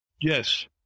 Yes